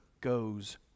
goes